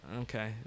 Okay